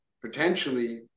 potentially